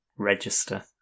Register